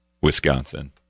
Wisconsin